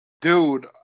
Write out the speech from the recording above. Dude